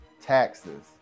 taxes